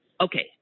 Okay